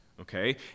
okay